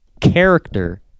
character